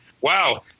wow